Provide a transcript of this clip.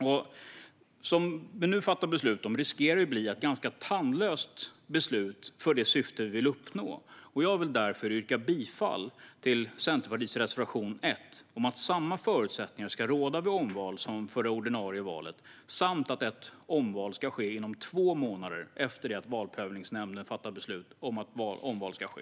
Det som vi nu fattar beslut om riskerar att bli ganska tandlöst för det syfte vi vill uppnå. Jag vill därför yrka bifall till Centerpartiets reservation 1 om att samma förutsättningar ska råda vid omval som för det ordinarie valet samt att ett omval ska ske inom två månader efter det att Valprövningsnämnden fattat beslut om att omval ska ske.